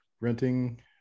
renting